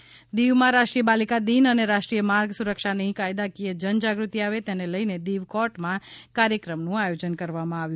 દીવ કોર્ટમાં કાર્યક્રમ દીવમાં રાષ્ટ્રીય બાલિકા દિન અને રાષ્ટ્રીય માર્ગ સુરક્ષાની કાયદાકીય જન જાગૃતિ આવે તેને લઈને દીવ કોર્ટમાં કાર્યક્રમનું આયોજન કરવામાં આવ્યું